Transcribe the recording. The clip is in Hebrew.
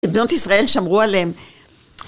בנות ישראל שמרו עליהם.